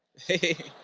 hey!